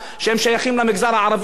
המגזר הדרוזי והמגזר היהודי.